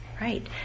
right